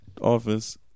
office